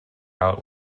out